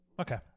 Okay